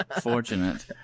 Fortunate